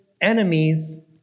enemies